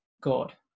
god